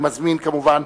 אני מזמין, כמובן,